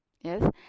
Yes